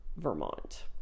Vermont